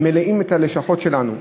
הם ממלאים את הלשכות שלנו.